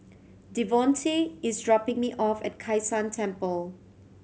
Devonte is dropping me off at Kai San Temple